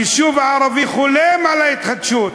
היישוב הערבי חולם על התחדשות,